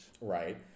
Right